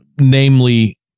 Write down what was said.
namely